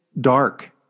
dark